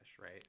right